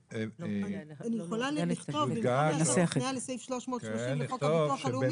אני יכולה במקום הפניה לסעיף 330 לחוק הביטוח הלאומי,